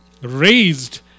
raised